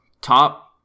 top